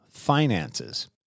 finances